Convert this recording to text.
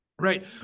Right